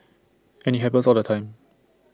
and IT happens all the time